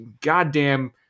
goddamn